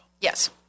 Yes